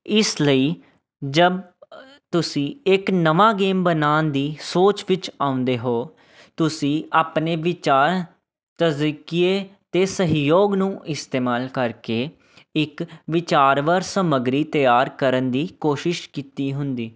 ਇਸ ਲਈ ਜਬ ਤੁਸੀਂ ਇੱਕ ਨਵਾਂ ਗੇਮ ਬਣਾਉਣ ਦੀ ਸੋਚ ਵਿੱਚ ਆਉਂਦੇ ਹੋ ਤੁਸੀਂ ਆਪਣੇ ਵਿਚਾਰ ਤਜ਼ੀਕੀਏ ਅਤੇ ਸਹਿਯੋਗ ਨੂੰ ਇਸਤੇਮਾਲ ਕਰਕੇ ਇੱਕ ਵਿਚਾਰ ਵਰ ਸਮਗਰੀ ਤਿਆਰ ਕਰਨ ਦੀ ਕੋਸ਼ਿਸ਼ ਕੀਤੀ ਹੁੰਦੀ